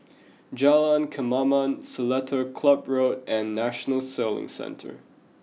Jalan Kemaman Seletar Club Road and National Sailing Centre